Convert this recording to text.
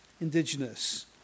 indigenous